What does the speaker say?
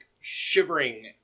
shivering